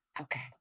Okay